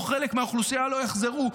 או חלק מהאוכלוסייה לא יחזור,